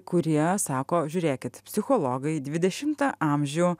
kurie sako žiūrėkit psichologai dvidešimtą amžių